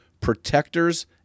protectors